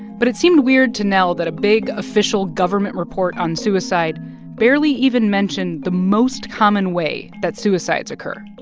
but it seemed weird to nell that a big, official government report on suicide barely even mentioned the most common way that suicides occur